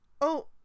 Oh